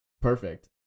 perfect